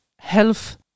health